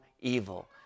evil